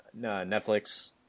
Netflix